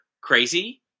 crazy